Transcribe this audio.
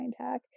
MindHack